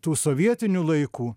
tų sovietinių laikų